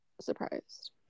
surprised